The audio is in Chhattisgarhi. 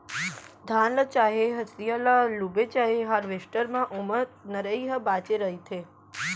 धान ल चाहे हसिया ल लूबे चाहे हारवेस्टर म ओमा नरई ह बाचे रहिथे